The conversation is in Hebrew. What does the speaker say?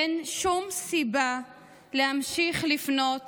אין שום סיבה להמשיך לפנות